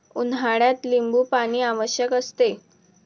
उन्हाळ्यात लिंबूपाणी आवश्यक असते